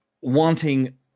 wanting